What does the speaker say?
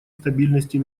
стабильности